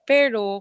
Pero